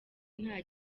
nta